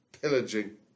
pillaging